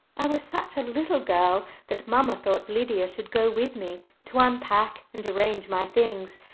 i was such a little girl that mamma thought lydia should go with me to unpack and arrange my things,